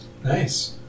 Nice